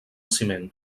ciment